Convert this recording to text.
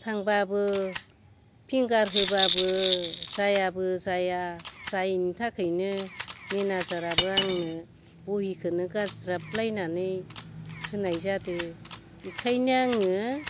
थांबाबो फिंगार होबाबो जायाबो जाया जायैनि थाखायनो मेनाजारआबो आंनो बहिखौनो गारज्राबलायनानै होनाय जादों बेखायनो आङो